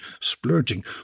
splurging